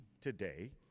today